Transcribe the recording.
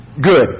Good